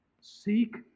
seek